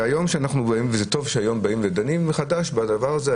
וזה טוב שהיום דנים מחדש בדבר הזה,